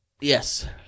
Yes